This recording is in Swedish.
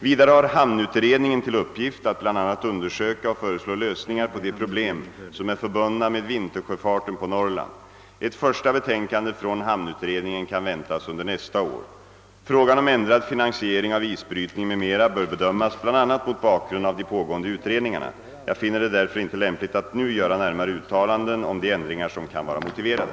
Vidare har hamnutredningen till uppgift att bl.a. undersöka och föreslå lösningar på de problem, som är förbundna med vintersjöfarten på Norrland. Ett första betänkande från hamnutredningen kan väntas under nästa år. Frågan om ändrad finansiering av isbrytningen m.m. bör bedömas bl a. mot bakgrund av de pågående utredningarna. Jag finner det därför inte lämpligt att nu göra närmare uttalanden om de ändringar som kan vara motiverade.